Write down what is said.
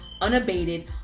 unabated